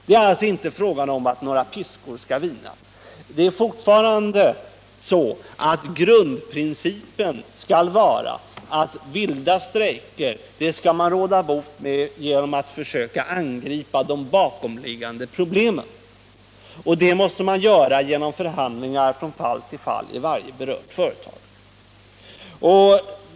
Det är alltså inte fråga om att några piskor skall vina. Grundprincipen är fortfarande att man skall råda bot på vilda strejker genom att försöka angripa de bakomliggande problemen. Det måste man göra genom förhandlingar från fall till fall i varje berört företag.